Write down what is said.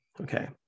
okay